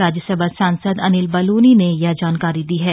राज्यसभा सांसद अनिल बलूनी ने यह जानकारी दी है